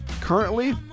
currently